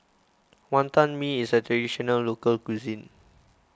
Wonton Mee is a Traditional Local Cuisine